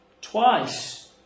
Twice